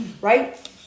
right